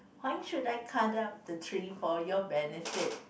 why should I cut out the tree for your benefit